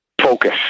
focus